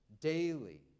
daily